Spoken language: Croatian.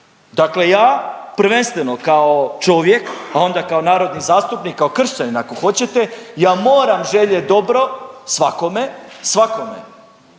Dakle, ja prvenstveno kao čovjek, a onda kao narodni zastupnik, kao kršćanin ako hoćete, ja moram željet dobro svakome, svakome,